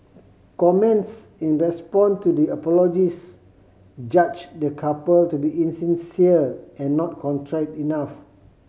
comments in response to the apologies judged the couple to be insincere and not contrite enough